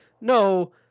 no